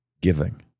giving